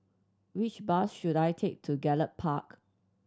which bus should I take to Gallop Park